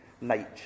nature